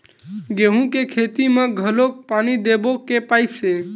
गेहूं के खेती म घोला पानी देबो के पाइप से?